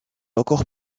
encore